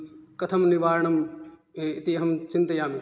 कथं निवारणम् इति अहं चिन्तयामि